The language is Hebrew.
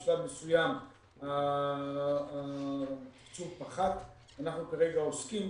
בשלב מסוים התקצוב פחת, ואנחנו כרגע עוסקים